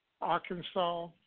Arkansas